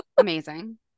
amazing